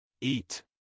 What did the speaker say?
Eat